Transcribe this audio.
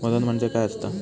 वजन म्हणजे काय असता?